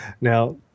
Now